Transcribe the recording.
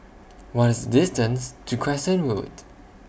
What IS The distance to Crescent Road